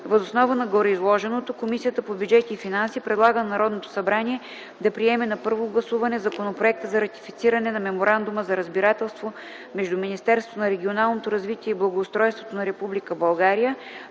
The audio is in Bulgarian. Въз основа на гореизложеното Комисията по бюджет и финанси предлага на Народното събрание да приеме на първо гласуване Законопроект за ратифициране на Меморандума за разбирателство между Министерството на регионалното развитие и благоустройството на Република България,